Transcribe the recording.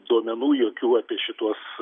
duomenų jokių apie šituos